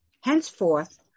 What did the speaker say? Henceforth